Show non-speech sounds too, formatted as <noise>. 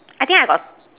<noise> I think I got